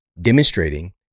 demonstrating